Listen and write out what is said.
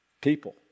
people